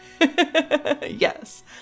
yes